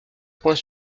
point